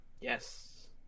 Yes